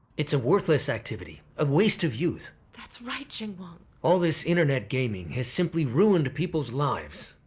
it's a worthless activity, a waste of youth. that's right, xinguang. all this internet gaming has simply ruined people's lives!